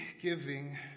giving